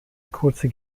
kurze